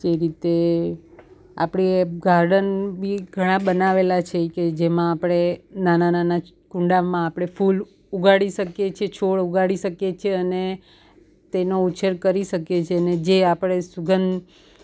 જે રીતે આપડે ગાર્ડન બી ઘણા બનાવેલા છે કે જેમાં આપણે નાનાં નાનાં કુંડામાં આપણે ફૂલ ઉગાડી શકીએ છીએ છોડ ઉગાડી શકીએ છીએ અને તેનો ઉછેર કરી શકીએ છીએ અને જે આપણે સુગંધ